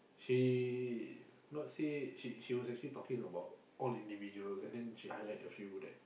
she not say she she was talking all individuals and then she highlight a few that